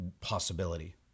possibility